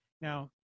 Now